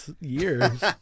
years